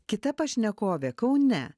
kita pašnekovė kaune